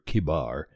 Kibar